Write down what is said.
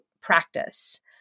practice